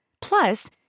Plus